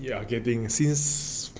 yeah getting since